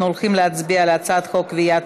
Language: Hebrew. אנחנו הולכים להצביע על הצעת חוק קביעת